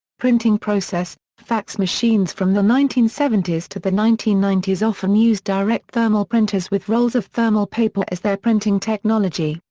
printing process fax machines from the nineteen seventy s to the nineteen ninety s often used direct thermal printers with rolls of thermal paper as their printing technology,